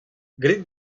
graet